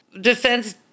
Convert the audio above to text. Defense